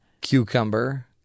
Cucumber